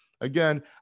Again